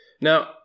Now